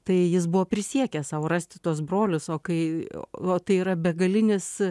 tai jis buvo prisiekęs sau rasti tuos brolius o kai o tai yra begalinis